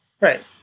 Right